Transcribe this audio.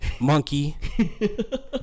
monkey